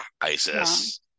ISIS